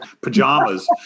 pajamas